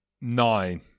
nine